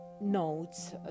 notes